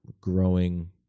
growing